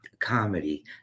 comedy